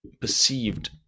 perceived